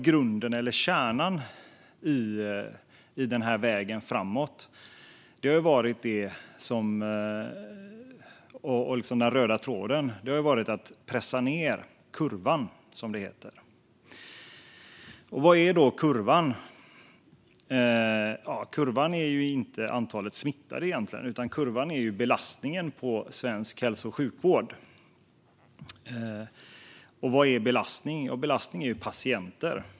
Grunden, eller kärnan, och den röda tråden i vägen framåt har varit att pressa ned kurvan, som det heter. Vad är då kurvan? Kurvan är egentligen inte antalet smittade, utan kurvan är belastningen på svensk hälso och sjukvård. Vad är belastning? Jo, belastning är patienter.